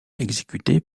exécuté